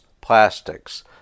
plastics